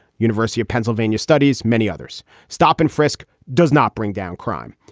university of pennsylvania studies, many others stop and frisk does not bring down crime.